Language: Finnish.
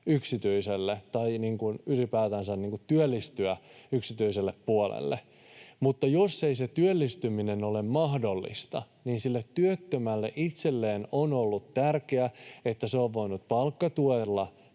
työttömistä haluaa ylipäätänsä työllistyä yksityiselle puolelle. Mutta jos ei se työllistyminen ole mahdollista, niin sille työttömälle itselleen on ollut tärkeää, että on voinut palkkatuella